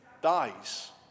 Dies